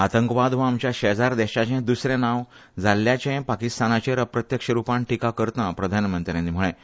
आतंकवाद हो आमच्या शेजार देशाचे द्सरें नांव जाल्ल्याचें पाकिस्तानाचेर अप्रत्यक्ष रूपान टिका करतनां प्रधानमंत्र्यांनी म्हळें